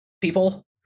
people